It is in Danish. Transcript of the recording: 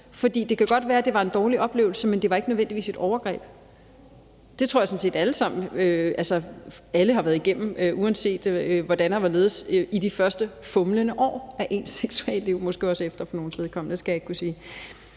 for det kan godt være, at det var en dårlig oplevelse, men det var ikke nødvendigvis et overgreb. Kl. 17:56 Det tror jeg sådan set alle har været igennem, uanset hvordan og hvorledes, i de første fumlende år af deres seksualliv, måske også efter for nogens vedkommende; det skal jeg ikke kunne sige.